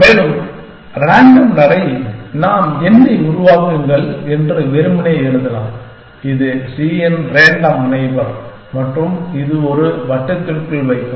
மேலும் ரேண்டம் நடை நாம் n ஐ உருவாக்குங்கள் என்று வெறுமனே எழுதலாம் இது c இன் ரேண்டம் நெய்பர் மற்றும் இதை ஒரு வட்டத்திற்குள் வைக்கவும்